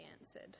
answered